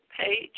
page